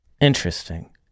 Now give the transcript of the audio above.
Interesting